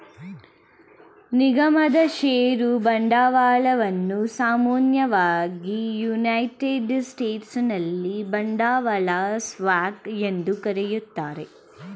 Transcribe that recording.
ನಿಗಮದ ಷೇರು ಬಂಡವಾಳವನ್ನ ಸಾಮಾನ್ಯವಾಗಿ ಯುನೈಟೆಡ್ ಸ್ಟೇಟ್ಸ್ನಲ್ಲಿ ಬಂಡವಾಳ ಸ್ಟಾಕ್ ಎಂದು ಕರೆಯುತ್ತಾರೆ